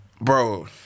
Bro